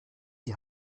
die